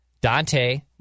Dante